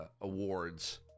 Awards